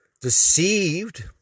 deceived